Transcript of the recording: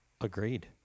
Agreed